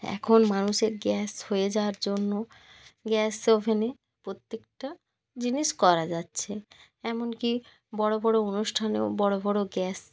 এখন মানুষের গ্যাস হয়ে যাওয়ার জন্য গ্যাস ওভেনে প্রত্যেকটা জিনিস করা যাচ্ছে এমনকি বড় বড় অনুষ্ঠানেও বড় বড় গ্যাস